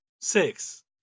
Six